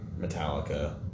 Metallica